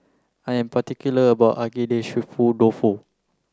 I am particular about my Agedashi dofu